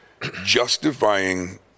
justifying